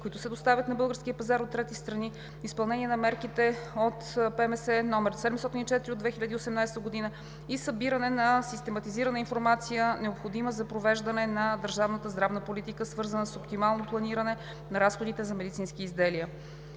които се доставят на българския пазар от трети страни, изпълнение на мерки от ПМС № 704 от 2018 г. и събиране на систематизирана информация, необходима за провеждане на държавната здравна политика, свързана с оптимално планиране на разходите за медицински изделия.